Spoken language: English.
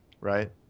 right